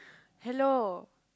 hello